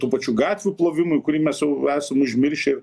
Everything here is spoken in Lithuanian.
tų pačių gatvių plovimui kurį mes jau esam užmiršę ir